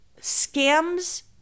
scams